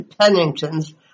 Penningtons